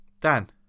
Dan